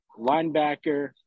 linebacker